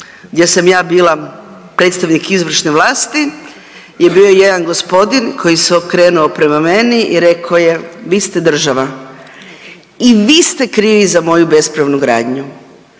gdje sam ja bila predstavnik izvršne vlasti je bio jedan gospodin koji se okrenuo prema meni i rekao je vi ste država i vi ste krivi za moju bespravnu gradnju.